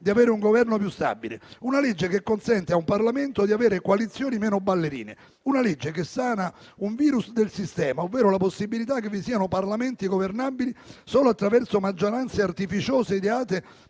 di avere un Governo più stabile; una legge che consente a un Parlamento di avere coalizioni meno ballerine; una legge che sana un *virus* del sistema, ovvero la possibilità che vi siano Parlamenti governabili solo attraverso maggioranze artificiose ideate